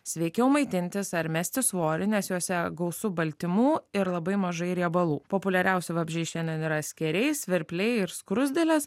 sveikiau maitintis ar mesti svorį nes juose gausu baltymų ir labai mažai riebalų populiariausi vabzdžiai šiandien yra skėriai svirpliai ir skruzdėlės